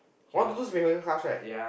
one two two is Megan class right